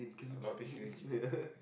allow to change it